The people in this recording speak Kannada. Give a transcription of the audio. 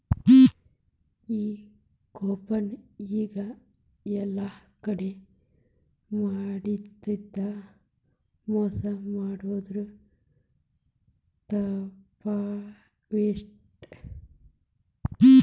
ಈ ಕೂಪನ್ ಈಗ ಯೆಲ್ಲಾ ಕಡೆ ಮಾಡಿದ್ರಿಂದಾ ಮೊಸಾ ಮಾಡೊದ್ ತಾಪ್ಪ್ಯಾವ